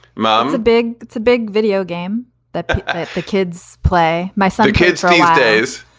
mom, the big it's a big video game that the kids play my so kids these days,